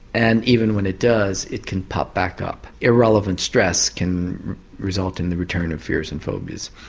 and even when it does, it can pop back up. irrelevant stress can result in the return of fears and phobias.